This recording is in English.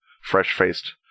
Fresh-faced